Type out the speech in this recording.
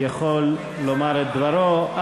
יכול לומר את דברו.